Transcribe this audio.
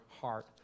heart